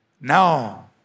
Now